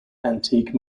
antique